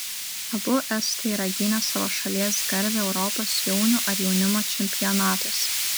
abu estai yra gynę savo šalies garbę europos jaunių ar jaunimo čempionatuose